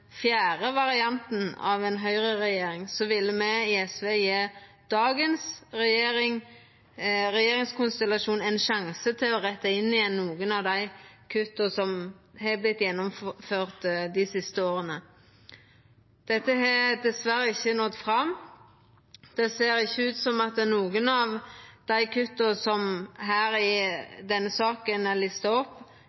varianten av høgreregjering, vil me i SV gje dagens regjeringskonstellasjon ein sjanse til å retta opp igjen nokre av dei kutta som har vorte gjennomførde dei siste åra. Dette har diverre ikkje nådd fram, det ser ikkje ut som om nokon av dei kutta som er lista opp i